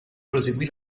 proseguì